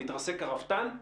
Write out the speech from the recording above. מתרסק הרפתן,